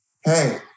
hey